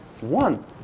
one